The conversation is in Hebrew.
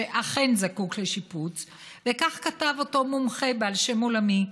שאכן זקוק לשיפוץ וכך כתב אותו מומחה בעל שם עולמי: